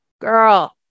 girl